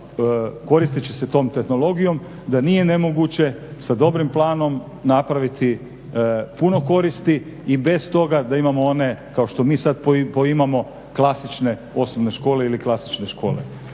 koristeći se tom tehnologijom da nije nemoguće sa dobrim planom napraviti puno koristi i bez toga da imamo one kao što mi sad imamo klasične osnovne škole ili klasične škole.